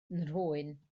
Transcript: nhrwyn